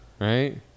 Right